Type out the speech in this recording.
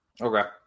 Okay